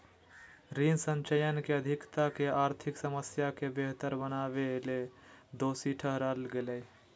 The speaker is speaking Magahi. ऋण संचयन के अधिकता के आर्थिक समस्या के बेहतर बनावेले दोषी ठहराल गेलय